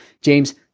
James